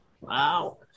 wow